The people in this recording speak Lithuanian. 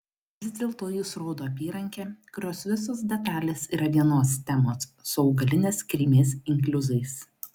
vis dėlto jis rodo apyrankę kurios visos detalės yra vienos temos su augalinės kilmės inkliuzais